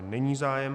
Není zájem.